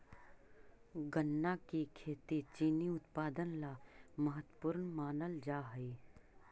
गन्ना की खेती चीनी उत्पादन ला महत्वपूर्ण मानल जा हई